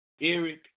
Eric